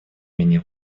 менее